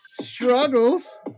Struggles